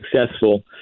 successful